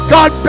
God